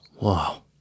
Wow